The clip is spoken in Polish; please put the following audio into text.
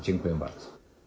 Dziękuję bardzo.